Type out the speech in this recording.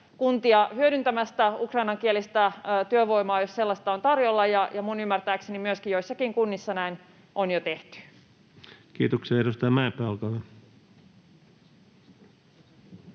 kuntia hyödyntämästä ukrainankielistä työvoimaa, jos sellaista on tarjolla, ja minun ymmärtääkseni myöskin joissakin kunnissa näin on jo tehty. [Speech 62] Speaker: